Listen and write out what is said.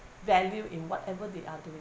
value in whatever they are doing